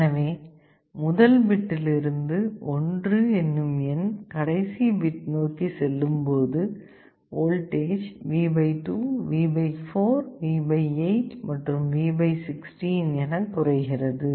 எனவே முதல் பிட்டில் இருந்து ஒன்று என்னும் எண் கடைசி பிட் நோக்கி செல்லும்போது வோல்டேஜ் V 2 V 4 V 8 மற்றும் V 16 என குறைகிறது